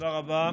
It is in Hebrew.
תודה רבה,